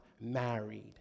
married